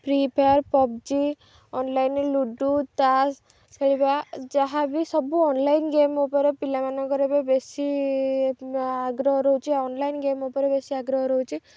free Fire PUBG online ludo ତାସ୍ ଯାହା ବିି ସବୁ ଅନଲାଇନ୍ ଗେମ୍ ଉପରେ ପିଲାମାନଙ୍କର ବି ବେଶୀ ଆଗ୍ରହ ରହୁଛି ଅନଲାଇନ୍ ଗେମ୍ ଉପରେ ବେଶୀ ଆଗ୍ରହ ରହୁଛି